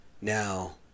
Now